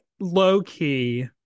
low-key